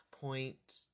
point